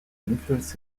influenced